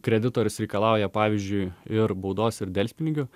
kreditorius reikalauja pavyzdžiui ir baudos ir delspinigių